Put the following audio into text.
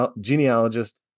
genealogist